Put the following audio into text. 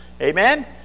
Amen